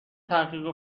تحقیق